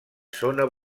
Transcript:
zona